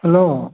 hello